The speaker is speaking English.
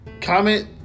comment